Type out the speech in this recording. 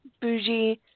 Bougie